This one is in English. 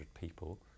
people